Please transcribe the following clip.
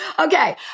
Okay